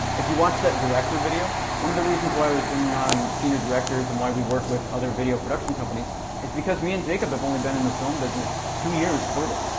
if you watch that director video, one of the reasons why i was bringing on senior directors and why we work with other video production companies is because me and jacob have only been in the film business two years total.